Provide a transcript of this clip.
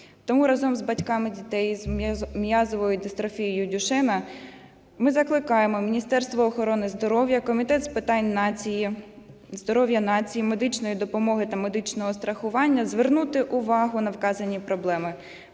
Тому разом з батьками дітей із м'язовою дистрофією Дюшена ми закликаємо Міністерство охорони здоров'я, Комітет з питань здоров'я нації, медичної допомоги та медичного страхування звернути увагу на вказані проблеми.